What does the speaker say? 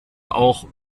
auch